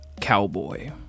cowboy